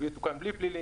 הוא יתוקן בלי פלילים.